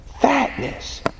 fatness